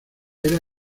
era